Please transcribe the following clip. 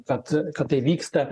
kad kad tai vyksta